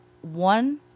One